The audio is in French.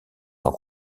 sans